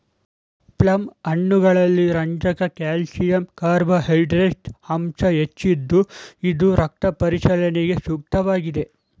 plum ಹಣ್ಣುಗಳಲ್ಲಿ ರಂಜಕ calcium carbohydrates ಅಂಶ ಹೆಚ್ಚಿದ್ದು ಇದು ರಕ್ತ ಪರಿಚಲನೆಗೆ ಸೂಕ್ತವಾಗಿದೆ